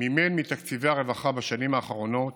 מימן מתקציבי הרווחה בשנים האחרונות